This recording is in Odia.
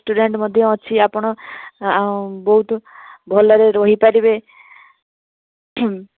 ବାଲେଶ୍ୱରରେ ଭଲ ଭଲ ହୋଟେଲ୍ ରେଷ୍ଟୁରାଣ୍ଟ୍ ମଧ୍ୟ ଅଛି ଆପଣ ବହୁତ ଭଲରେ ରହିପାରିବେ